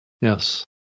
Yes